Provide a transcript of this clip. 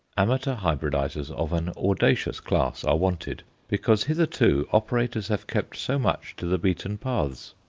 amateur hybridizers of an audacious class are wanted because, hitherto, operators have kept so much to the beaten paths.